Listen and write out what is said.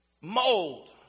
mold